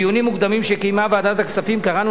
בדיונים מוקדמים שקיימה ועדת הכספים קראנו